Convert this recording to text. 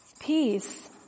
Peace